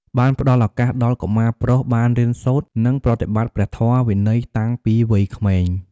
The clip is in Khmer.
បានផ្ដល់ឱកាសដល់កុមារប្រុសបានរៀនសូត្រ និងប្រតិបត្តិព្រះធម៌វិន័យតាំងពីវ័យក្មេង។